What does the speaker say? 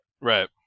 Right